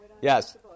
yes